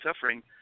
suffering